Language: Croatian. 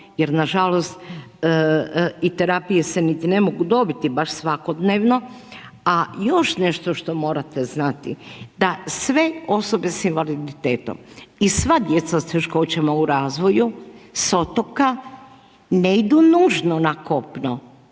jer nažalost i terapije se niti ne mogu dobiti baš svakodnevno. A još nešto što morate znati da sve osobe sa invaliditetom i sva djeca sa teškoćama u razvoju sa otoka ne idu nužno na kopno